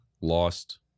lost